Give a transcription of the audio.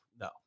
No